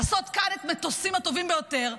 לעשות כאן את המטוסים הטובים ביותר,